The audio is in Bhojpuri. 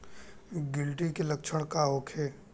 गिलटी के लक्षण का होखे?